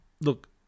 look